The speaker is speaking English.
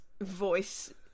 voice